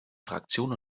fraktion